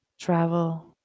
travel